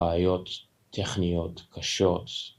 ‫בעיות טכניות קשות.